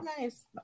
Nice